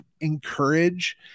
encourage